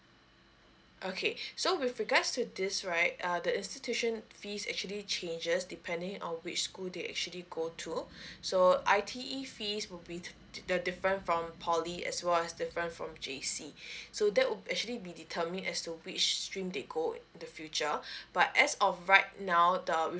okay so with regards to this right uh the institution fees actually changes depending on which school they actually go to so I_T_E fees will be different from poly as well as different from J_C so that will actually be determine as to which stream they go in the future but as of right now the